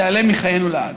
תיעלם מחיינו לעד.